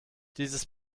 dieses